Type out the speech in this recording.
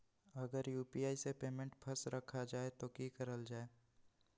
अगर यू.पी.आई से पेमेंट फस रखा जाए तो की करल जाए?